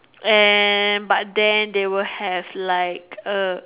and but then they will have like a